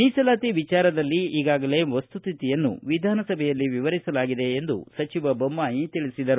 ಮೀಸಲಾತಿ ವಿಚಾರದಲ್ಲಿ ಈಗಾಗಲೇ ವಸ್ತುಸ್ತಿತಿಯನ್ನು ವಿಧಾನಸಭೆಯಲ್ಲಿ ವಿವರಿಸಲಾಗಿದೆ ಎಂದು ಸಚಿವ ಬೊಮ್ಲಾಯಿ ಹೇಳಿದರು